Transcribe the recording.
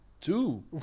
two